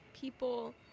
people